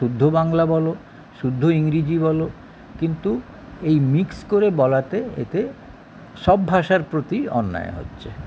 শুদ্ধ বাংলা বলো শুদ্ধ ইংরেজি বলো কিন্তু এই মিক্স করে বলাতে এতে সব ভাষার প্রতি অন্যায় হচ্ছে